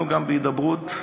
אמרת,